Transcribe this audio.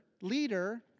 leader